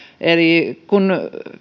eli kun